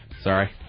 Sorry